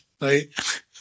right